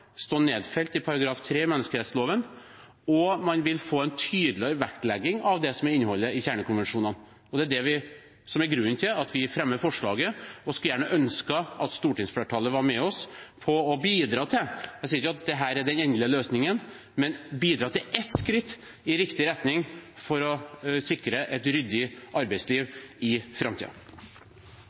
nedfelt i § 3 i menneskerettsloven, og man vil få en tydeligere vektlegging av innholdet i kjernekonvensjonene. Det er grunnen til at vi fremmer forslaget. Vi skulle ønske at stortingsflertallet hadde vært med oss på å bidra til – jeg sier ikke at dette er den endelige løsningen – ett skritt i riktig retning for å sikre et ryddig arbeidsliv i